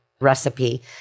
recipe